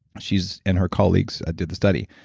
she's and her colleagues did the study.